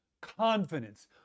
confidence